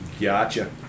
Gotcha